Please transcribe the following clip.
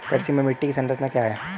कृषि में मिट्टी की संरचना क्या है?